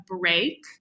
break